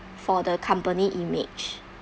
for the company image